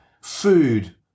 food